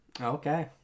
Okay